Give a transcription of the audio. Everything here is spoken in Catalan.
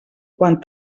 quan